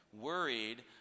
worried